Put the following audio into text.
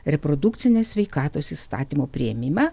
reprodukcinės sveikatos įstatymo priėmimą